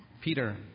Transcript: Peter